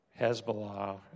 Hezbollah